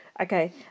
Okay